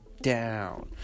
down